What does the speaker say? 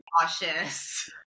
cautious